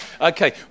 Okay